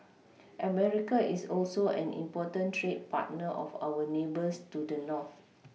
America is also an important trade partner of our neighbours to the North